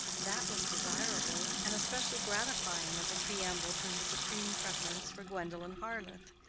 that was desirable, and especially gratifying as a preamble to his supreme preference for gwendolen harleth.